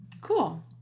Cool